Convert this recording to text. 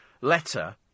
letter